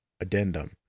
Addendum